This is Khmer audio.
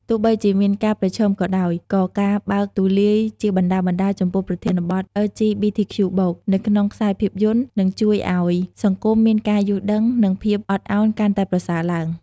ទោះបីជាមានការប្រឈមក៏ដោយ ក៏ការបើកទូលាយជាបណ្តើរៗចំពោះប្រធានបទ អិល ជី ប៊ី ធី ខ្ជូ បូក (LGBTQ+) នៅក្នុងខ្សែភាពយន្ត នឹងជួយឲ្យសង្គមមានការយល់ដឹង និងភាពអត់អោនកាន់តែប្រសើរឡើង។